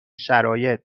شرایط